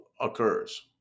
occurs